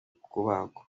kubagwa